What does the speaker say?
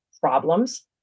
problems